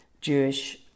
Jewish